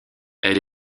elle